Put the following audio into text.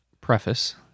preface